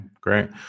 Great